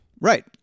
right